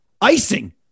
icing